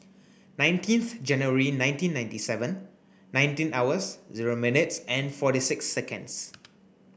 nineteenth January nineteen ninety seven nineteen hours zero minutes forty six seconds